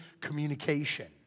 communication